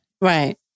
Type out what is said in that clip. Right